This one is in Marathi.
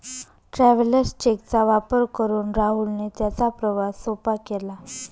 ट्रॅव्हलर्स चेक चा वापर करून राहुलने त्याचा प्रवास सोपा केला